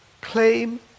claim